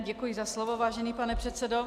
Děkuji za slovo, vážený pane předsedo.